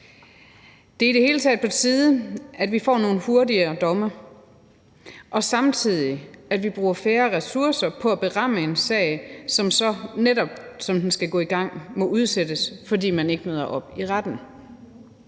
Det er i det hele taget på tide, at vi hurtigere får afsagt domme, og samtidig at vi bruger færre ressourcer på at beramme en sag, som så, netop som den skal gå i gang, må udsættes, fordi man ikke møder op i retten.